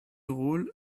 rôle